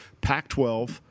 Pac-12